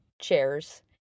chairs